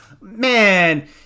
Man